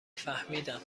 فهمیدم